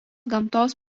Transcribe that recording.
gamtos